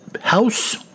house